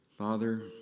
Father